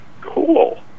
cool